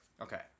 Okay